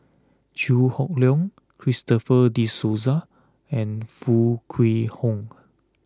Chew Hock Leong Christopher De Souza and Foo Kwee Horng